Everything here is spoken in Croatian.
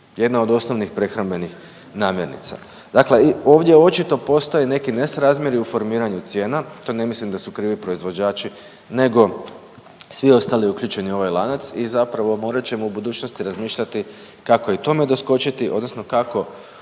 Jedna od osnovnih prehrambenih namirnica. Dakle, i ovdje očito postoje neki nesrazmjeri u formiranju cijena to ne mislim da su krivi proizvođači nego svi ostali uključeni u ovaj lanac i zapravo morat ćemo u budućnosti razmišljati kako i tome doskočiti odnosno kako